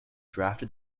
drafted